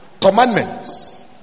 commandments